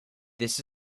this